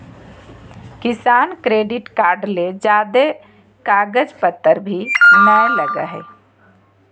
किसान credit card ले ज्यादे कागज पतर भी नय लगय हय